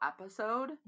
episode